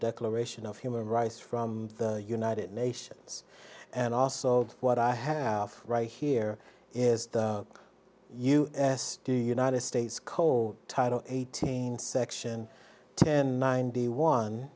declaration of human rights from the united nations and also what i have right here is the u s do united states cole title eighteen section ten mind the one